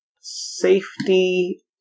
safety